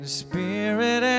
spirit